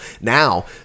Now